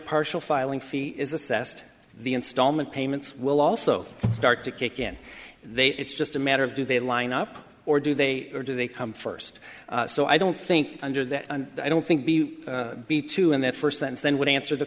partial filing fee is assessed the installment payments will also start to kick in they it's just a matter of do they line up or do they or do they come first so i don't think under that i don't think b b two and that first thing would answer the